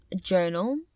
journal